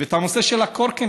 ואת נושא הקורקינט,